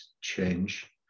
change